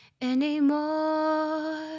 anymore